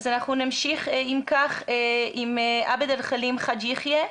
אז נמשיך אם כך עם עבד אלחלים חאג' יחיא,